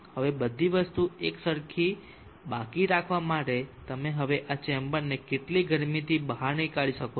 હવે બધી વસ્તુઓ એકસરખી બાકી રાખવા માટે તમે હવે આ ચેમ્બરને કેટલી ગરમીથી બહાર નીકાળી શકો છો